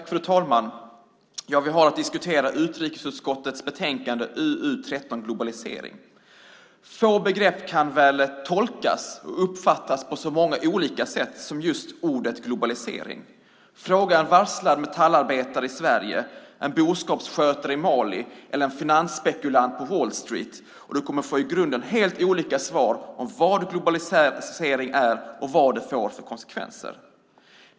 Fru talman! Vi har att diskutera utrikesutskottets betänkande UU13, Globalisering . Få begrepp kan väl tolkas och uppfattas på så många olika sätt som just ordet globalisering. Fråga en varslad metallarbetare i Sverige, en boskapsskötare i Mali eller en finansspekulant på Wall Street och du kommer att få i grunden helt olika svar om vad globalisering är och vad den får för konsekvenser.